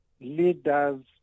Leaders